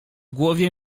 głowie